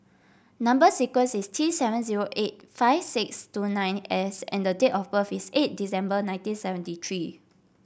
number sequence is T seven zero eight five six two nine S and date of birth is eight December nineteen seventy three